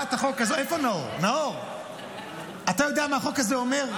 אתה יודע מה החוק הזה אומר?